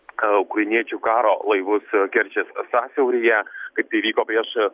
ka ukrainiečių karo laivus kerčės sąsiauryje kaip tai įvyko prieš